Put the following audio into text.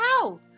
house